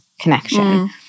connection